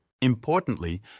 Importantly